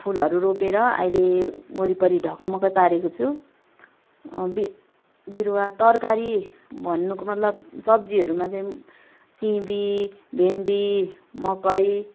फुलहरू रोपेर अहिले वरिपरि ढकमक्कै पारेको छु वि बिरुवा तरकारी भन्नुको मतलब सब्जीहरू माचाहिँ सिमी भेन्डी मकै